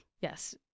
yes